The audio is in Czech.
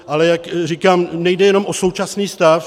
Ale jak říkám, nejde jenom o současný stav.